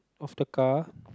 of the car